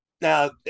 Now